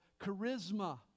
charisma